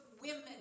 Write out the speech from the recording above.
women